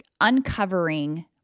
uncovering